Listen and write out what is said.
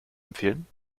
empfehlen